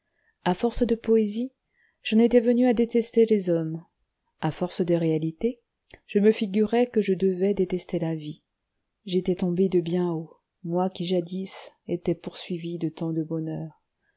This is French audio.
à force de poésie j'en étais venu à détester les hommes à force de réalité je me figurais que je devais détester la vie j'étais tombé de bien haut moi qui jadis étais poursuivi de tant de bonheur